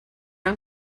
han